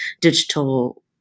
digital